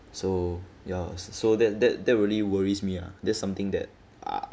so ya s~ so that that that really worries me ah that's something that